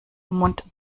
mund